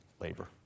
labor